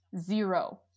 zero